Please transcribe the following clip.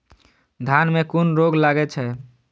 धान में कुन रोग लागे छै?